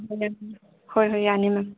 ꯍꯣꯏ ꯍꯣꯏ ꯌꯥꯅꯤ ꯃꯦꯝ